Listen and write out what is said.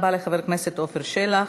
תודה רבה לחבר הכנסת עפר שלח.